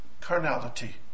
carnality